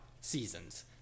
seasons